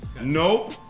Nope